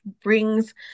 brings